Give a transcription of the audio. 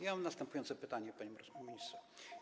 Ja mam następujące pytanie, panie ministrze.